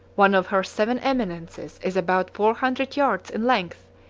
one of her seven eminences, is about four hundred yards in length,